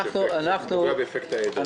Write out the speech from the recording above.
יש אפקט העדר.